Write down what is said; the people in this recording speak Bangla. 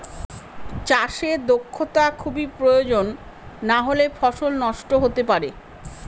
চাষে দক্ষটা খুবই প্রয়োজন নাহলে ফসল নষ্ট হতে পারে